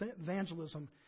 evangelism